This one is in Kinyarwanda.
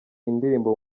indirimbo